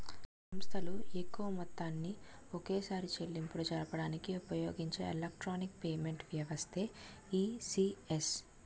సంస్థలు ఎక్కువ మొత్తాన్ని ఒకేసారి చెల్లింపులు జరపడానికి ఉపయోగించే ఎలక్ట్రానిక్ పేమెంట్ వ్యవస్థే ఈ.సి.ఎస్